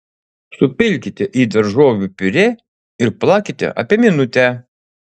supilkite į daržovių piurė ir plakite apie minutę